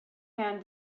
hand